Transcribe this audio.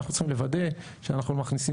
אנחנו צריכים לוודא שאנחנו לא מכניסים